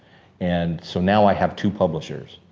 and so, now i have two publishers,